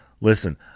listen